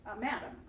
madam